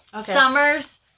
summer's